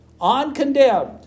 uncondemned